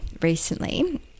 recently